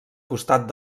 costat